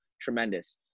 tremendous